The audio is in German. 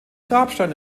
grabstein